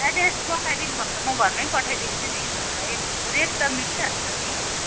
address बताइदिनुभयो भने त म घरमै पठाइदिन्छु नि तपाईँलाई रेट त मिलिहाल्छ नि